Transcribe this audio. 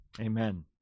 Amen